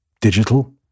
digital